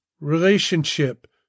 relationship